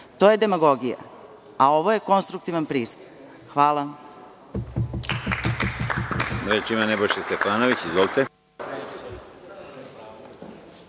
To je demagogija, a ovo je konstruktivan pristup. Hvala.